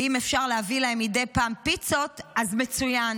ואם אפשר להביא להם מדי פעם פיצות, אז מצוין.